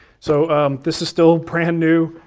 so this is still brand new,